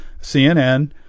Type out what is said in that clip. CNN